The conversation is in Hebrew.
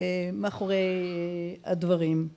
מאחורי הדברים